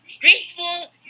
grateful